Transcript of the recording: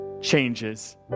changes